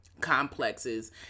complexes